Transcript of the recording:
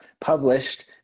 Published